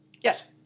yes